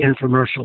infomercial